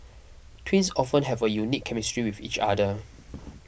twins often have a unique chemistry with each other